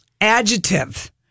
adjective